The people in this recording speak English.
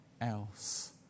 else